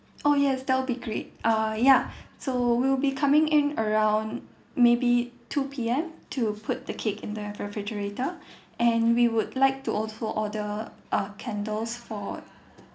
oh yes that'll be great err ya so we'll be coming in around maybe two P_M to put the cake in the refrigerator and we would like to also order uh candles for